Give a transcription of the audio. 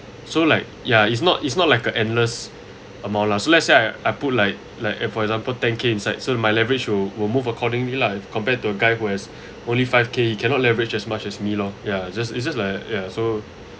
so like ya it's not it's not like a endless amount lah so let's say I put like like if for example ten K inside so my leverage will will move accordingly lah if compared to a guy who has only five K you cannot leverage much as me lor ya it's just it's just like ya so